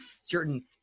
certain